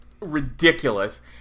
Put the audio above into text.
Ridiculous